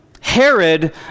Herod